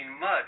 mud